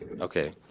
Okay